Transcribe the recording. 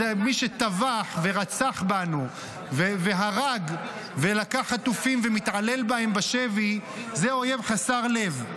מי שטבח ורצח בנו והרג ולקח חטופים ומתעלל בהם בשבי זה אויב חסר לב,